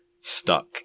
stuck